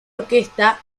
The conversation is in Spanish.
orquesta